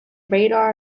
radar